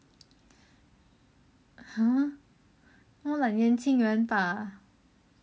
!huh! more like 年轻人 bah